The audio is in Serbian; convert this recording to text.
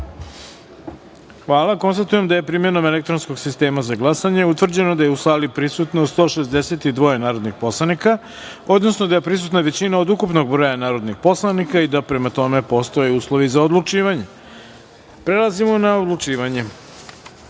jedinice. Hvala. Konstatujem da je primenom elektronskog sistema za glasanje utvrđeno da je u sali prisutno 162 narodnih poslanika, odnosno da je prisutna većina od ukupnog broja narodnih poslanika i da, prema tome, postoje uslovi za odlučivanje. Prelazimo na odlučivanje. Prva